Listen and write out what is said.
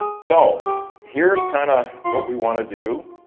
so here's kinda what we wanna do.